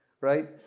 Right